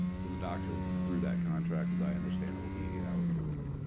so the doctor through that contract, as i understand it, will be eight hours a week.